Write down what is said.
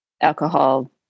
alcohol